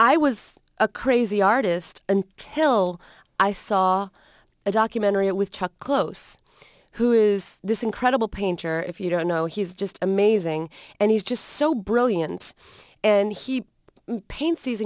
i was a crazy artist until i saw a documentary with chuck close who is this incredible painter if you don't know he's just amazing and he's just so brilliant and he paints these